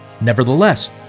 Nevertheless